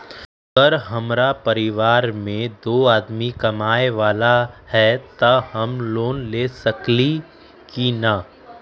अगर हमरा परिवार में दो आदमी कमाये वाला है त हम लोन ले सकेली की न?